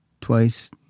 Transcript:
twice